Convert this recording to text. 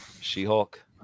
She-Hulk